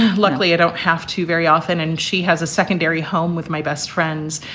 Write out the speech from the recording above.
luckily, you don't have to very often. and she has a secondary home with my best friends,